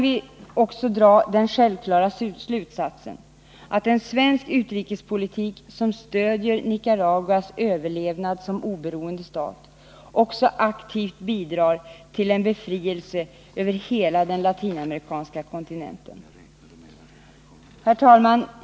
Därmed kan vi dra den självklara slutsatsen att en svensk utrikespolitik, som stödjer Nicaraguas överlevnad som oberoende stat, också aktivt bidrar till en befrielse över hela den latinamerikanska kontinenten. Herr talman!